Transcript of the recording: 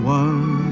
one